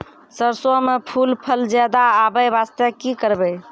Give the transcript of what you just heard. सरसों म फूल फल ज्यादा आबै बास्ते कि करबै?